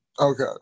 Okay